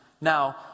Now